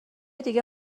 دیگه